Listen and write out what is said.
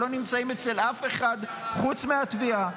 שלא נמצאים אצל אף אחד חוץ מהתביעה,